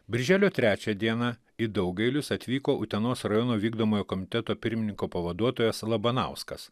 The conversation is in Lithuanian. birželio trečią dieną į daugailius atvyko utenos rajono vykdomojo komiteto pirmininko pavaduotojas labanauskas